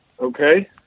Okay